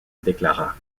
déclara